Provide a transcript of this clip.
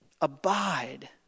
Abide